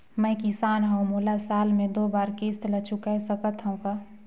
मैं किसान हव मोला साल मे दो बार किस्त ल चुकाय सकत हव का?